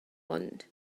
want